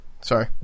Sorry